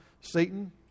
Satan